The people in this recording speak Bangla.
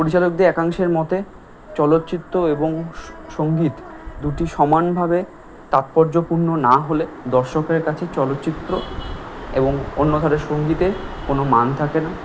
পরিচালকদের একাংশের মতে চলচ্চিত্র এবং স সঙ্গীত দুটি সমানভাবে তাৎপর্যপূর্ণ না হলে দর্শকের কাছে চলচ্চিত্র এবং অন্য ধারে সঙ্গীতের কোনো মান থাকে না